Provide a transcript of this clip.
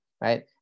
right